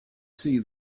see